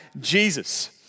Jesus